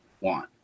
want